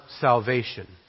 salvation